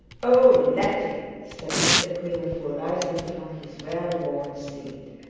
oh, letty said mr quiverful, rising from his well-worn seat.